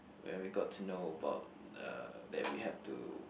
when we got to know about uh that we have to